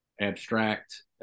abstract